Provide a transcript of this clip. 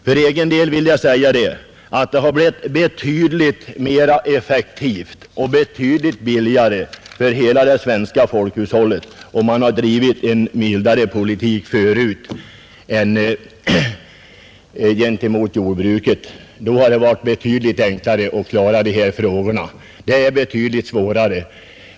För egen del vill jag säga att det hade blivit betydligt mer effektivt och betydligt billigare för hela det svenska folkhushållet om man förut hade drivit en mildare politik gentemot jordbruket. Då hade det varit betydligt enklare att klara dessa frågor. Nu har det blivit mycket svårare.